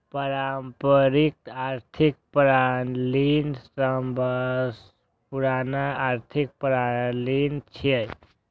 पारंपरिक आर्थिक प्रणाली सबसं पुरान आर्थिक प्रणाली छियै